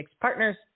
partners